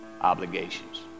obligations